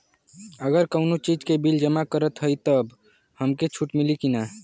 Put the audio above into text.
अगर कउनो चीज़ के बिल जमा करत हई तब हमके छूट मिली कि ना?